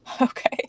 Okay